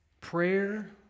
prayer